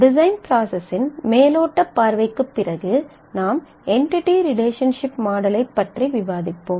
design process இன் மேலோட்டப் பார்வைக்குப் பிறகு நாம் என்டிடி ரிலேஷன்சிப் மாடலைப் பற்றி விவாதிப்போம்